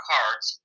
Cards